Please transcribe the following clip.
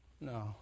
No